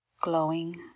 Glowing